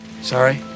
sorry